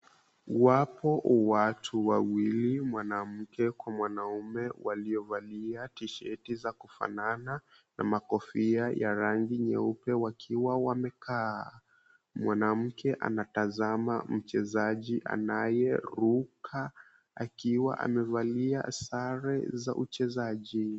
Wapo watu wawili mwanamke kwa mwanaume waliovalia tisheti za kufanana na makofia ya rangi nyeupe wakiwa wamekaa. Mwanamke anatazama mchezaji anayeruka akiwa amevalia sare za uchezaji